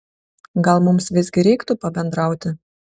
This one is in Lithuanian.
gal mums visgi reiktų pabendrauti